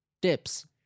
Dips